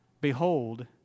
behold